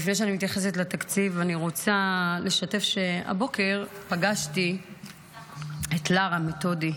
אני רוצה לשתף שהבוקר פגשתי את לרה מטודי,